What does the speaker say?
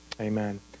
Amen